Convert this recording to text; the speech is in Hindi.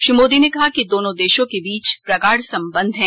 श्री मोदी ने कहा कि दोनों देशों के बीच प्रगाढ संबंध हैं